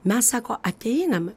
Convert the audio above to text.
mes sako ateinam